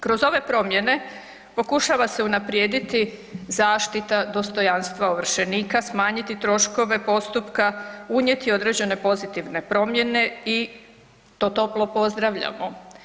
Kroz ove promjene pokušava se unaprijediti zaštita dostojanstva ovršenika, smanjiti troškove postupka, unijeti određene pozitivne promjene i to toplo pozdravljamo.